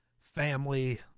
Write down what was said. family